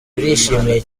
turishimye